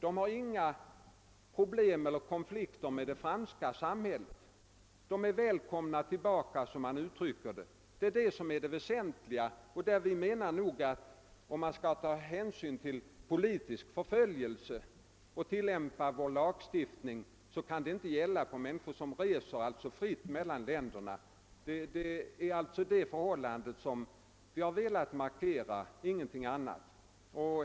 De har inga problem eiler konflikter med det franska samhället. De är välkomna tillbaka, som ambassadören uttrycker det. Detta är det väsentliga. Vi menar att om vi skall ta hänsyn till politisk förföljelse och tillämpa vår lagstiftning kan det inte gälla i fråga om människor som reser fritt mellan länderna. Det är alltså detta förhållande som vi har velat markera, ingenting annat.